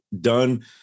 done